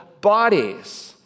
bodies